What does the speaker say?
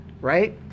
Right